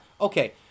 okay